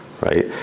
right